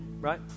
Right